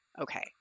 okay